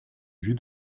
jus